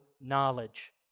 knowledge